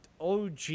OG